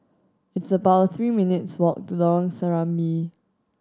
it's about three minutes' walk to Lorong Serambi